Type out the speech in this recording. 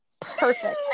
Perfect